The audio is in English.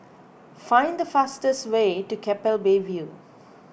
find the fastest way to Keppel Bay View